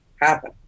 happen